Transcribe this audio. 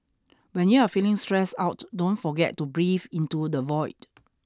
when you are feeling stressed out don't forget to breathe into the void